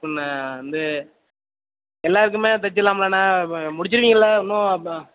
எப்புண்ண வந்து எல்லாருக்குமே தச்சிர்லாம்ல்லண்ண முடுச்சுருவீங்கல்ல ஒன்றும்